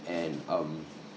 and um